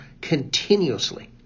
continuously